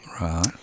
Right